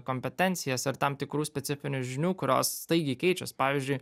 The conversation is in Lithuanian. kompetencijas ir tam tikrų specifinių žinių kurios staigiai keičias pavyzdžiui